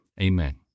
amen